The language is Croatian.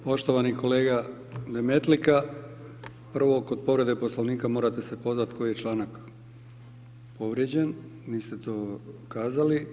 Poštovani kolega Demetlika, prvo kod povrede Poslovnika morate se pozvati koji je članak povrijeđen, niste to kazali.